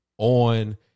on